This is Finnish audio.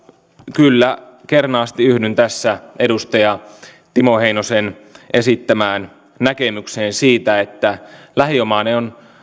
kyllä kernaasti yhdyn tässä edustaja timo heinosen esittämään näkemykseen siitä että lähiomainen on